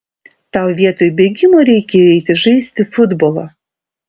tau vietoj bėgimo reikėjo eiti žaisti futbolo